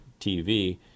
TV